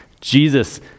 Jesus